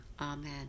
Amen